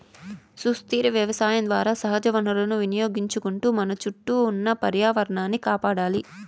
సుస్థిర వ్యవసాయం ద్వారా సహజ వనరులను వినియోగించుకుంటూ మన చుట్టూ ఉన్న పర్యావరణాన్ని కాపాడాలి